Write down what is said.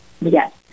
Yes